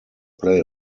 play